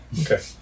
Okay